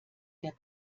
der